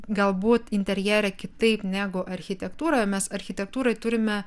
galbūt interjere kitaip negu architektūroje mes architektūroj turime